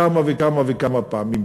כמה וכמה וכמה פעמים,